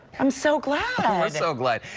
i'm so glad. i'm so glad.